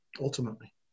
ultimately